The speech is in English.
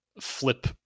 flip